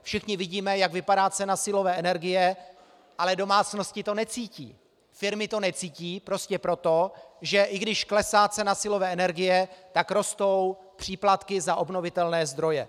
Všichni vidíme, jak vypadá cena silové energie, ale domácnosti to necítí, firmy to necítí prostě proto, že i když klesá cena silové energie, tak rostou příplatky za obnovitelné zdroje.